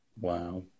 Wow